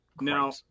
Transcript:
Now